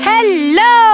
Hello